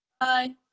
Bye